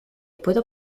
puedo